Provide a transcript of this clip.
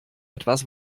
etwas